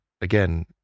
Again